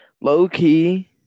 Low-key